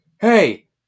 hey